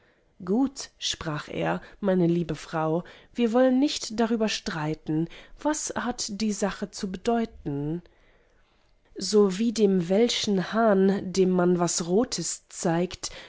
gut sprach er meine liebe frau wir wollen nicht darüber streiten was hat die sache zu bedeuten so wie dem welschen hahn dem man was rotes zeigt